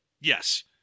Yes